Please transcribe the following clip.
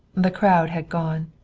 the crowd had gone.